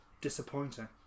disappointing